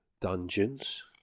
dungeons